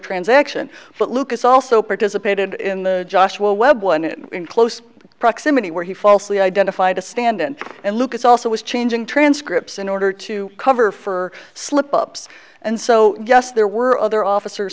transaction but lucas also participated in the joshua webb won it in close proximity where he falsely identified a standon and lucas also was changing transcripts in order to cover for slip ups and so yes there were other officers